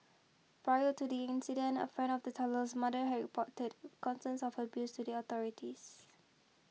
prior to the incident a friend of the toddler's mother had reported concerns of abuse to the authorities